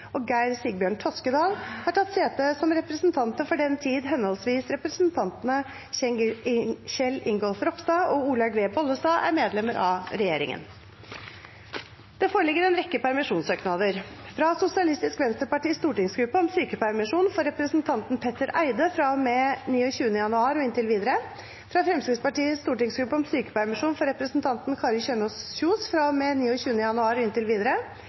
og Geir Sigbjørn Toskedal , har tatt sete som representanter for den tid henholdsvis representantene Kjell Ingolf Ropstad og Olaug V. Bollestad er medlemmer av regjeringen. Det foreligger en rekke permisjonssøknader: fra Sosialistisk Venstrepartis stortingsgruppe om sykepermisjon for representanten Petter Eide fra og med 29. januar og inntil videre fra Fremskrittspartiets stortingsgruppe om sykepermisjon for representanten Kari Kjønaas Kjos fra og med 29. januar og inntil videre